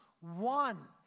one